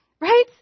Right